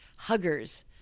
huggers